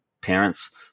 parents